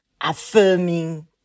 affirming